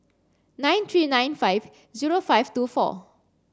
nine three nine five zero five two four